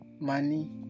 money